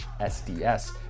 SDS